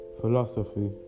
philosophy